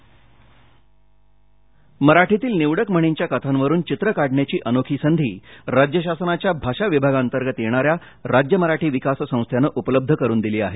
voicecast मराठीतील निवडक म्हणींच्या कथांवरुन चित्र काढण्याची अनोखी संधी राज्य शासनाच्या भाषा विभागांतर्गत येणाऱ्या राज्य मराठी विकास संस्थेने उपलब्ध करुन दिली आहे